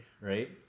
right